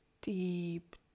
deep